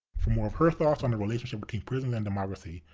for more of her thoughts on the relationship between prisons and democracy,